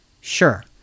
Sure